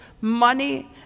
money